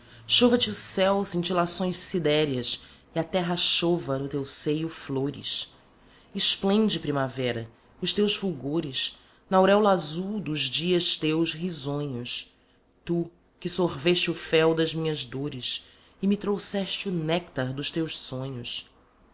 cintilações sidéreas e a terra chova no teu seio flores esplende primavera os teus fulgores na auréola azul dos dias teus risonhos tu que sorveste o fel das minhas dores e me trouxeste o néctar dos teus sonhos